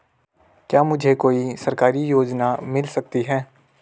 क्या मुझे कोई सरकारी योजना मिल सकती है?